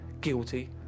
guilty